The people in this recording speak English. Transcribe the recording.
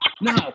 No